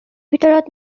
ভিতৰত